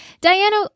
Diana